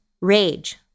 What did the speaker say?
rage